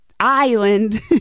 Island